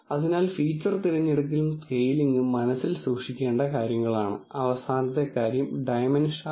അതിനാൽ ടേബിൾ കെയ്സിൽ നമ്മൾ നടത്തിയ ചിന്താ പരീക്ഷണം പോലെ നിങ്ങൾ അദൃശ്യമായത് കാണാൻ തുടങ്ങി